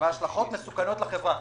וההשלכות מסוכנות לחברה.